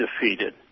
defeated